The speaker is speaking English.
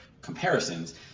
comparisons